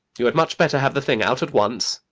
you had much better have the thing out at once.